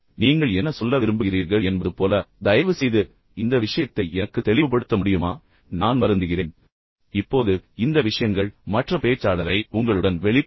நீங்கள் என்ன சொல்ல விரும்புகிறீர்கள் என்பது போல தயவுசெய்து இந்த விஷயத்தை எனக்கு தெளிவுபடுத்த முடியுமா நான் வருந்துகிறேன் நீங்கள் இதைச் சொன்னபோது இந்த கட்டத்தில் இருந்து என்னால் பின்தொடர முடியவில்லை தயவுசெய்து மீண்டும் விளக்க முடியுமா